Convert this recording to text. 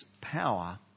power